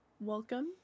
Welcome